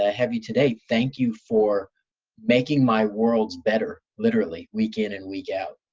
i have you today, thank you for making my worlds better literally week in and week out.